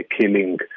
killing